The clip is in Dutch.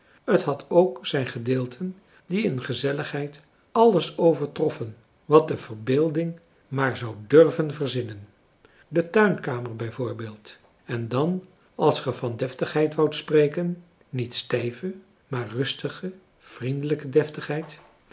het had ook zijn gedeelten die in gezelligheid alles overtroffen wat de verbeelding maar zou durven verzinnen de tuinkamer bij voorbeeld en dan als ge van deftigheid woudt spreken niet stijve maar rustige vriendelijke